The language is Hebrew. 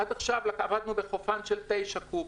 עד עכשיו עבדנו בחופן של תשעה קוב.